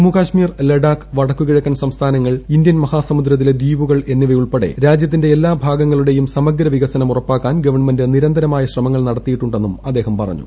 ജമ്മു കശ്മീർ ലഡാക്ക് വടക്കുകിഴക്കൻ സംസ്ഥാനങ്ങൾ ഇന്ത്യൻ മഹാസമുദ്രത്തിലെ ദ്വീപുകൾ എന്നിവയുൾപ്പെടെ രാജ്യത്തിന്റെ എല്ലാ ഭാഗങ്ങളുടെയും സമഗ്രവികസനം ഉറപ്പാക്കാൻ ഗവൺമെന്റ് നിരന്തരമായ ശ്രമങ്ങൾ നടത്തിയിട്ടുണ്ടെന്നും അദ്ദേഹം പറഞ്ഞു